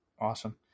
Awesome